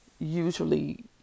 usually